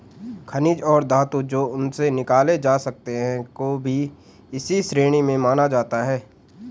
खनिज और धातु जो उनसे निकाले जा सकते हैं को भी इसी श्रेणी में माना जाता है